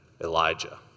Elijah